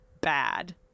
bad